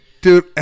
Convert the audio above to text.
Dude